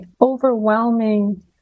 overwhelming